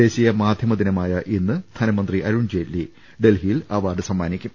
ദേശീയ മാധ്യമ ദിനമായ ഇന്ന് ധനമന്ത്രി അരുൺ ജെയ്റ്റ്ലി ന്യൂഡൽഹിയിൽ അവാർഡ് സമ്മാനി ക്കും